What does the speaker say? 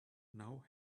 now